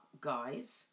guys